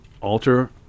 alter